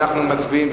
אנחנו מצביעים,